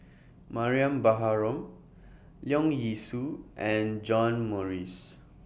Mariam Baharom Leong Yee Soo and John Morrice